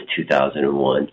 2001